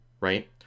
right